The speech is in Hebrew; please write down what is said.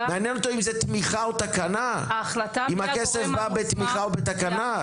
מעניין אותו אם הכסף בא בתמיכה או בתקנה?